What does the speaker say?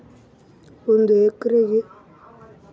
ಒಂದು ಎಕರೆ ಹತ್ತಿ ಎಷ್ಟು ಪ್ರಮಾಣದಲ್ಲಿ ಹುಳ ಎಣ್ಣೆ ಹಾಕಿ ಹೊಲಕ್ಕೆ ಚಲಬೇಕು?